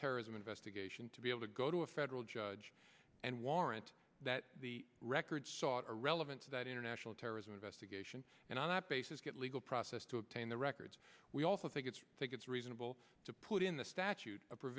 terrorism investigation to be able to go to a federal judge and warrant that the records sought are relevant to that international terrorism investigation and on that basis get legal process to obtain the records we also think it's think it's reasonable to put in the statute